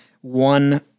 one